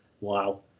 Wow